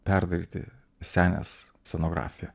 perdaryti senės scenografiją